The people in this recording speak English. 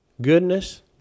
goodness